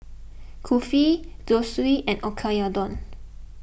Kulfi Zosui and Oyakodon